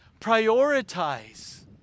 Prioritize